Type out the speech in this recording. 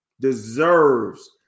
deserves